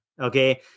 Okay